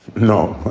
no,